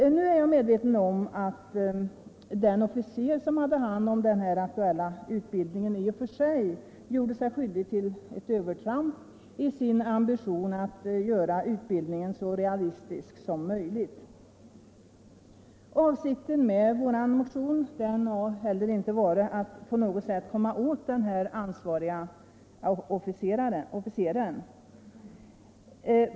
Jag är medveten om att den officer som hade hand om den aktuella utbildningen i och för sig gjort sig skyldig till övertramp i sin ambition att göra utbildningen så realistisk som möjligt. Avsikten med vår motion har inte heller på något sätt varit att komma åt den ansvarige officeren.